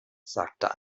sagte